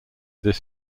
this